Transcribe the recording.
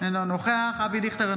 אינו נוכח אבי דיכטר,